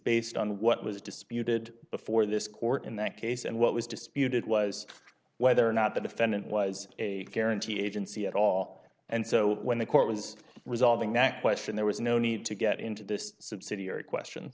based on what was disputed before this court in that case and what was disputed was whether or not the defendant was a guarantee agency at all and so when the court was resolving that question there was no need to get into this subsidiary question